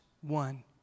One